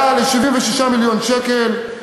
עלה ל-76 מיליון ש"ח,